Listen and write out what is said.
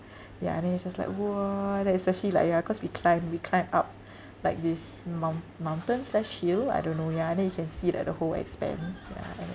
ya and then it's just like !wah! then especially like ya cause we climbed we climbed up like this moun~ mountain slash hill I don't know ya and then you can see like the whole expanse ya and it